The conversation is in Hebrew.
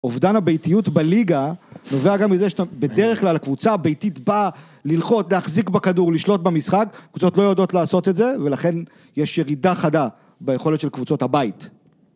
אובדן הביתיות בליגה נובע גם מזה שבדרך כלל הקבוצה הביתית באה ללחוץ, להחזיק בכדור, לשלוט במשחק, קבוצות לא יודעות לעשות את זה ולכן יש ירידה חדה ביכולת של קבוצות הבית.